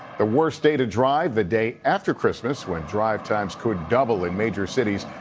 the worst day to drive, the day after christmas when drive times could double in major cities.